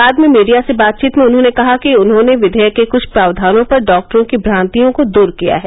बाद में मीडिया से बातचीत में उन्होंने कहा कि उन्होंने विधेयक के कुछ प्रावधानों पर डॉक्टरों की भ्रांतियों को दूर किया है